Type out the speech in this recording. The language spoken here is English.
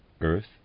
earth